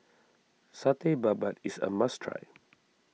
Satay Babat is a must try